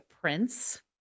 Prince